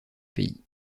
pays